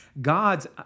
God's